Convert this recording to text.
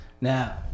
Now